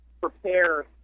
prepare